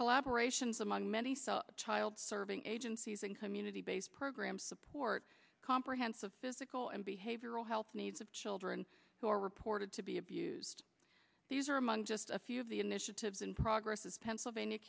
collaboration among many such child serving agencies and community based programs support comprehensive physical and behavioral health needs of children who are reported to be abused these are among just a few of the initiatives in progress as pennsylvania